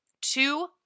two